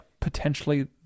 Potentially